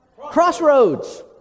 Crossroads